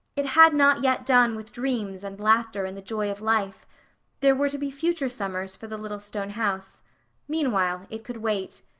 it had not yet done with dreams and laughter and the joy of life there were to be future summers for the little stone house meanwhile, it could wait.